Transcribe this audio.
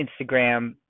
instagram